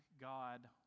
God